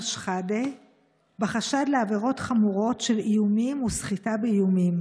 שחאדה בחשד לעבירות חמורות של איומים וסחיטה באיומים.